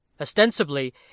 Ostensibly